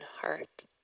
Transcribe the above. heart